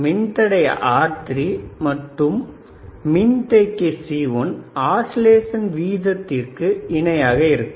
மின்தடை R3 மற்றும் மின்தேக்கி C1 ஆஸிலேசன் வீதத்திற்கு இணையாக இருக்கும்